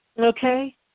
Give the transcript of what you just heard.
okay